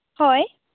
ᱦᱳᱭ